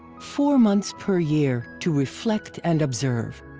four months per year, to reflect and observe.